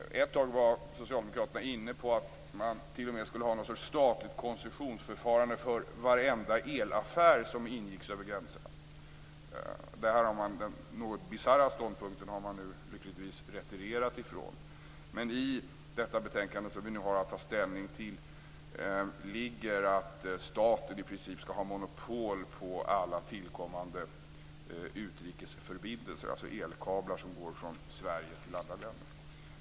Ett tag var Socialdemokraterna inne på att man t.o.m. skulle ha något slags statligt koncessionsförfarande för varenda elaffär som ingicks över gränserna. Denna något bisarra ståndpunkt har man nu lyckligtvis retirerat ifrån. Men i det betänkande som vi nu har att ta ställning till ligger att staten i princip skall ha monopol på alla tillkommande utrikesförbindelser, alltså elkablar som går från Sverige till andra länder.